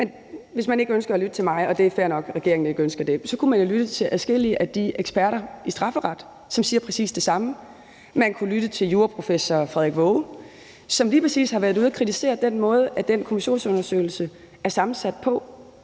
Hvis man ikke ønsker at lytte til mig, og det er fair nok, at regeringen ikke ønsker det, så kunne man jo lytte til adskillige af de eksperter i strafferet, som siger præcis det samme. Man kunne lytte til juraprofessor Frederik Waage, som lige præcis har været ude at kritisere den måde, den kommissionsundersøgelse er sammensat på.